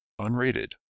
unrated